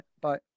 Bye